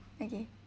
okay